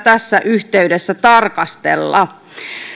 tässä yhteydessä tarkastella